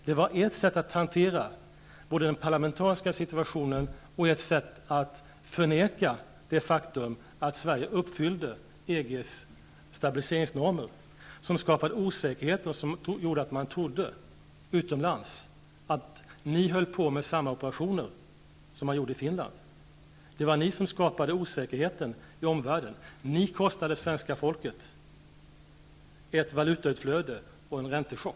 Det var ert sätt att hantera den parlamentariska situationen och ert sätt att förneka det faktum att Sverige uppfyllde EG:s stabiliseringsnormer som skapade osäkerhet och som gjorde att man utomlands trodde att ni höll på med samma operationer som man gjorde i Finland. Det var ni som skapade osäkerheten i omvärlden. Ni kostade svenska folket ett valutautflöde och en räntechock.